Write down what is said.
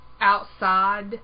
outside